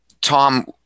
tom